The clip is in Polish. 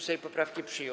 Sejm poprawki przyjął.